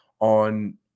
on